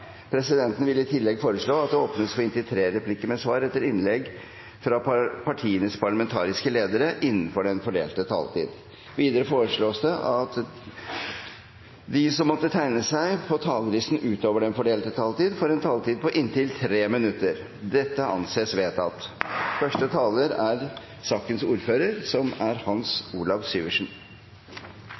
Presidenten vil i tillegg foreslå at det åpnes for inntil tre replikker med svar etter innlegg fra partienes parlamentariske ledere – innenfor den fordelte taletid. Videre foreslås det at de som måtte tegne seg på talerlisten utover den fordelte taletid, får en taletid på inntil 3 minutter. – Det anses vedtatt. Jeg tror sikkert mange også i dette landet ble berørt av de begivenheter som